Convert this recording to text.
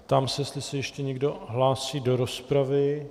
Ptám se, jestli se ještě někdo hlásí do rozpravy.